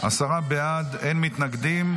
עשרה בעד, אין מתנגדים.